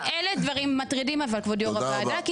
אלה דברים מטרידים אבל, כבוד יו"ר הוועדה.